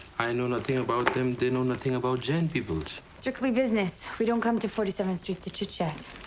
i know nothing about them. they know nothing about jain peoples. strictly business. we don't come to forty seventh street to chitchat.